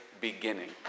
beginning